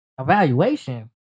evaluation